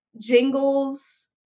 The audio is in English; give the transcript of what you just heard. jingles